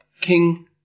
King